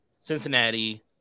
Cincinnati